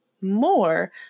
more